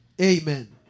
Amen